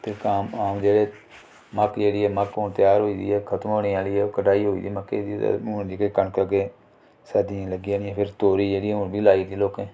ते आम आम जेह्ड़े मक्क जेह्ड़ी ऐ मक्क हून त्यार होई दी ऐ खतम होने आह्ली ऐ कटाई होई दी ऐ मक्के दी ते हून जेह्की कनक अग्गें सर्दियें च लग्गी जानी फेर तोरी जेह्ड़ी हून बी लाई दी लोकें